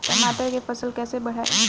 टमाटर के फ़सल कैसे बढ़ाई?